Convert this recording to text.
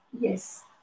yes